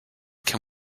can